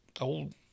old